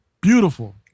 beautiful